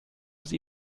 sie